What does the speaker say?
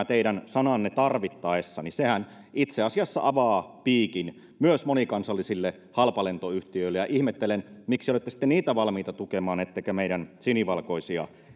teidän sananne tarvittaessa itse asiassa avaa piikin myös monikansallisille halpalentoyhtiöille ja ihmettelen miksi olette sitten niitä valmiita tukemaan ettekä meidän sinivalkoisia